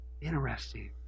Interesting